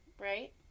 Right